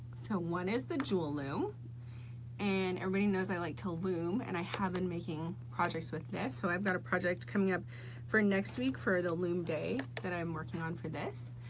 so one is the jewel loom and everybody knows i like to loom and i have been and making projects with this, so i've got a project coming up for next week for the loom day that i'm working on for this.